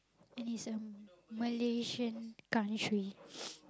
and it's a Malaysian country